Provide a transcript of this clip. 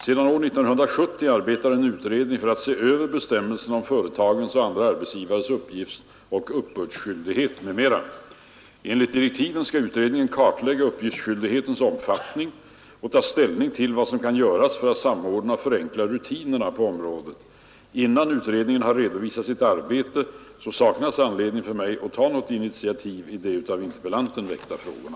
Sedan år 1970 arbetar en utredning för att se över bestämmelserna om företagens och andra arbetsgivares uppgiftsoch uppbördsskyldighet m.m. Enligt direktiven skall utredningen kartlägga uppgiftsskyldighetens omfattning och ta ställning till vad som kan göras för att samordna och förenkla rutinerna på området. Innan utredningen redovisat sitt arbete saknas anledning för mig att ta något initiativ i de av interpellanten väckta frågorna.